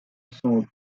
son